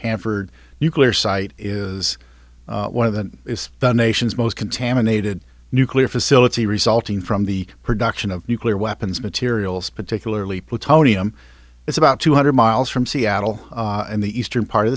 hanford nuclear site is one of the is the nation's most contaminated nuclear facility resulting from the production of nuclear weapons materials particularly plutonium it's about two hundred miles from seattle in the eastern part of